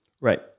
Right